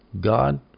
God